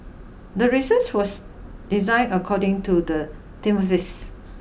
the research was designed according to the hypothesis